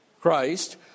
Christ